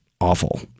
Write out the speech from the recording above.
awful